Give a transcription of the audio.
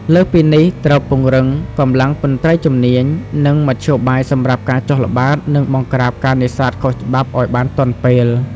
លើសពីនេះ ត្រូវពង្រឹងកម្លាំងមន្ត្រីជំនាញ និងមធ្យោបាយសម្រាប់ការចុះល្បាត និងបង្ក្រាបការនេសាទខុសច្បាប់ឲ្យបានទាន់ពេល។